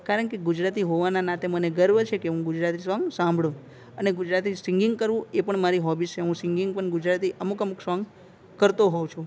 કારણકે ગુજરાતી હોવાના નાતે મને ગર્વ છે કે હું ગુજરાતી સોંગ સાંભળું અને ગુજરાતી સિંગિંગ કરવું એ પણ મારી હોબીસ છે હું સિંગિંગ પણ ગુજરાતી અમુક અમુક સોંગ કરતો હોઉં છું